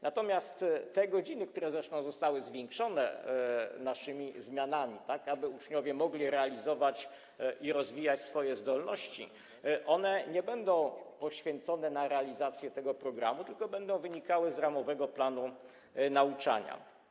Natomiast godziny, których liczba zresztą została zwiększona naszymi zmianami, tak aby uczniowie mogli realizować i rozwijać swoje zdolności, nie będą poświęcone na realizację tego programu, tylko będą wynikały z ramowego planu nauczania.